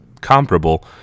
comparable